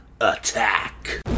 attack